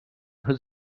had